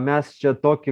mes čia tokį